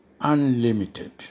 unlimited